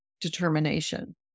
determination